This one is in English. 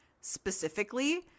specifically